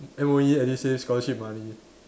M_O_E edusave scholarship money